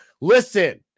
Listen